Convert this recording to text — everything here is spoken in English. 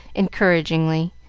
encouragingly,